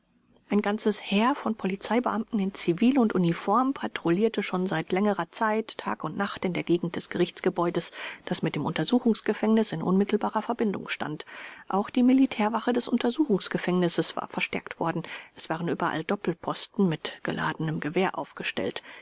ein ganzes heer von polizeibeamten in zivil und uniform patrouillierte schon seit längerer zeit tag und nacht in der gegend des gerichtsgebäudes das mit dem untersuchungsgefängnis in unmittelbarer verbindung stand auch die militärwache des untersuchungsgefängnisses war verstärkt worden es waren überall doppelposten mit geladenem gewehr aufgestellt